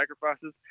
sacrifices